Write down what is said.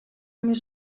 més